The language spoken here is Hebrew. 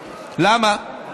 למה?